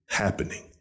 happening